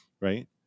right